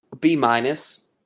B-minus